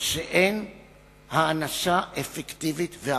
שאין הענשה אפקטיבית והרתעה.